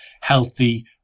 healthy